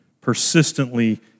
persistently